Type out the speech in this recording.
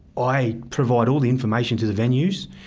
i provide all the information to the venues,